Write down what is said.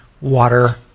water